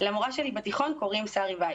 למורה שלי בתיכון קוראים שרי וייס.